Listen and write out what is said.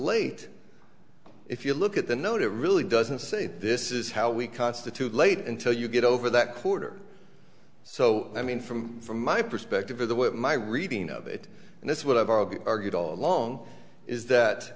late if you look at the no to really doesn't say this is how we constitute late until you get over that quarter so i mean from from my perspective of the whip my reading of it and that's what i've argued argued all along is that